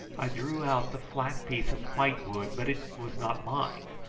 i drew out the flat piece of white wood, but it was not mine.